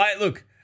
Look